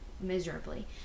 Miserably